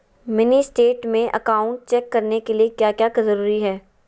Mini state में account check करने के लिए क्या क्या जरूरी है?